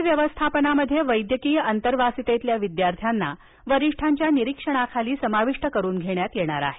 Covid व्यवस्थापनामध्ये वैद्यकीय अंतर्वासितेतील विद्यार्थ्यांना वरिष्ठांच्या निरीक्षणाखाली समाविष्ट करून घेण्यात येणार आहे